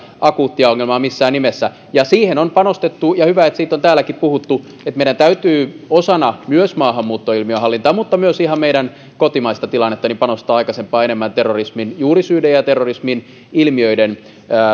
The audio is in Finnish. akuuttia ongelmaa missään nimessä siihen on panostettu ja on hyvä että siitä on täälläkin puhuttu että meidän täytyy osana maahanmuuttoilmiön hallintaa mutta myös ihan meidän kotimaista tilannetta panostaa aikaisempaa enemmän terrorismin juurisyihin ja terrorismin ilmiöihin